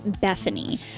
Bethany